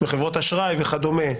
חברות אשראי וכדומה,